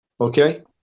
okay